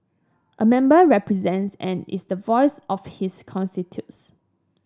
a member represents and is the voice of his constituents